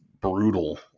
brutal